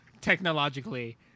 technologically